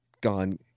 gone